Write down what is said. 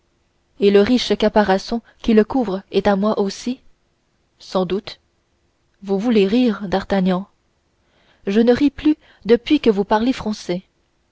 et le riche caparaçon qui le couvre est à moi aussi sans doute vous voulez rire d'artagnan je ne ris plus depuis que vous parlez français